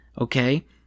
okay